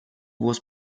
voz